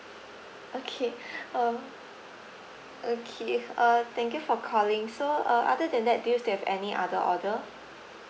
okay um okay uh thank you for calling so uh other than that do you still have any other order